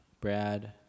Brad